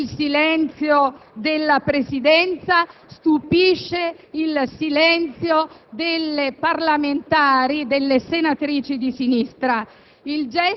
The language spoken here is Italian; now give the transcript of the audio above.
il silenzio della Presidenza, stupisce il silenzio delle parlamentari, delle senatrici della sinistra.